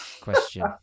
question